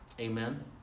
Amen